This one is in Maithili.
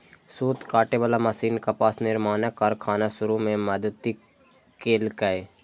सूत काटे बला मशीन कपास निर्माणक कारखाना शुरू मे मदति केलकै